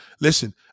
listen